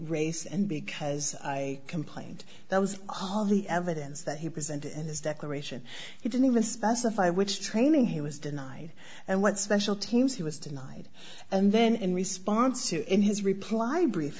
race and because i complained there was hardly evidence that he presented his declaration he didn't even specify which training he was denied and what special teams he was denied and then in response to in his reply brief